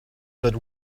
that